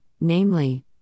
namely